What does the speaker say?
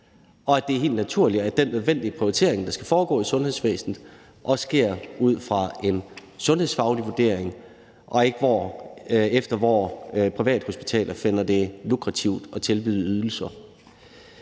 og det er helt naturligt, at den nødvendige prioritering, der skal foregå i sundhedsvæsenet, også sker ud fra en sundhedsfaglig vurdering og ikke efter, hvor privathospitaler finder det lukrativt at tilbyde ydelser.